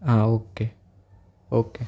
હા okay okay